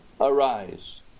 arise